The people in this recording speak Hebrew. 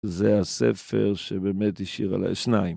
זה הספר שבאמת השאיר עליי... שניים.